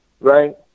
right